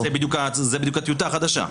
זו בדיוק הטיוטה החדשה.